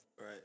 Right